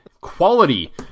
quality